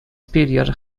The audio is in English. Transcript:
period